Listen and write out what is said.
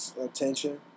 attention